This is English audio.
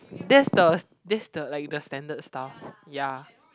that's the that's the like the standard stuff ya